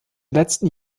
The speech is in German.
letzten